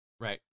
Right